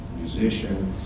musicians